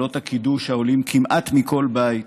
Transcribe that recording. בקולות הקידוש העולים כמעט מכל בית,